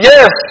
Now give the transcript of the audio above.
Yes